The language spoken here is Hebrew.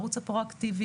בערוץ הפרואקטיבי,